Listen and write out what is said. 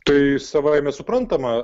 tai savaime suprantama